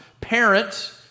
Parents